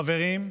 חברים,